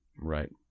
Right